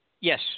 Yes